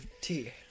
tea